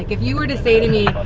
if you were to say to me,